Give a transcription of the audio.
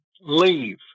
leave